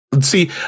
see